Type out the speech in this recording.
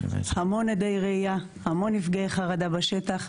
המון עדי ראייה, המון נפגעי חרדה בשטח.